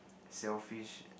shellfish